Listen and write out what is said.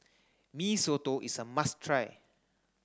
Mee Soto is a must try